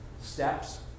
steps